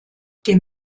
dem